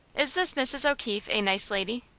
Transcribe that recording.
is this mrs. o'keefe a nice lady?